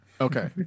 Okay